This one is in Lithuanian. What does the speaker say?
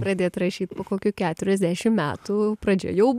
pradėt rašyti po kokių keturiasdešim metų pradžia jau